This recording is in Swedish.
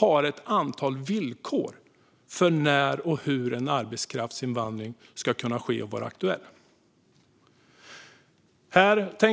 har ett antal villkor för när arbetskraftsinvandring ska vara aktuell och hur den ska gå till.